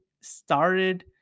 started